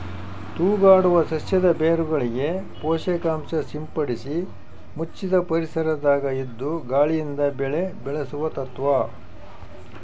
ತೂಗಾಡುವ ಸಸ್ಯದ ಬೇರುಗಳಿಗೆ ಪೋಷಕಾಂಶ ಸಿಂಪಡಿಸಿ ಮುಚ್ಚಿದ ಪರಿಸರದಾಗ ಇದ್ದು ಗಾಳಿಯಿಂದ ಬೆಳೆ ಬೆಳೆಸುವ ತತ್ವ